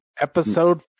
episode